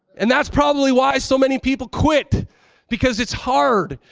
and that's probably why so many people quit because it's hard.